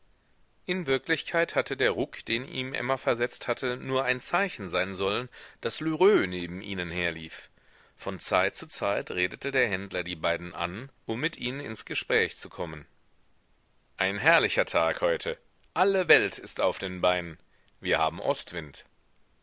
in wirklichkeit hatte der ruck den ihm emma versetzt hatte nur ein zeichen sein sollen daß lheureux neben ihnen herlief von zeit zu zeit redete der händler die beiden an um mit ihnen ins gespräch zu kommen ein herrlicher tag heute alle welt ist auf den beinen wir haben ostwind